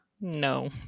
No